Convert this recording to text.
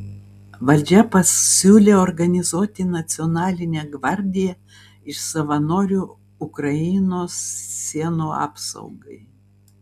valdžia pasiūlė organizuoti nacionalinę gvardiją iš savanorių ukrainos sienų apsaugai